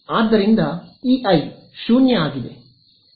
ಆದ್ದರಿಂದ ಇಲ್ಲಿ ಇಐ 0 ಆಗಿದೆ